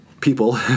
people